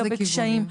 מאיזה כיוון?